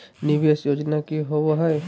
निवेस योजना की होवे है?